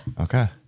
Okay